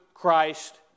Christ